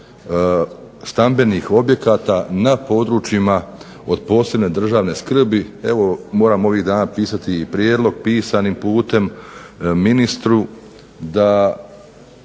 stambenih objekata na područjima od posebne državne skrbi. Evo, moram ovih dana pisati i prijedlog pisanim putem ministru da